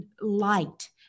light